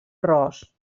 ros